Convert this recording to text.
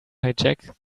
hijack